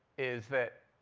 is that